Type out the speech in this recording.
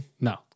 No